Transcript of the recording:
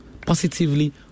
positively